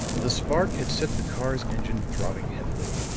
the spark had set the car's engine throbbing heavily,